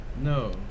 No